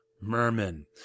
Merman